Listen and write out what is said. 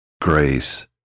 Grace